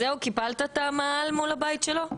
זהו, קיפלת את המאהל מול הבית שלו?